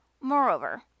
Moreover